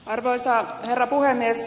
arvoisa herra puhemies